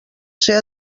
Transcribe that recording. ser